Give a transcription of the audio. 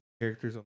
characters